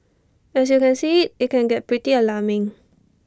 as you can see IT can get pretty alarming